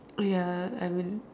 ya I mean